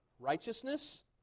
Righteousness